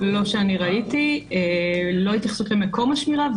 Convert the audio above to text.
לא שאני ראיתי לא התייחסות למקום השמירה,